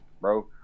bro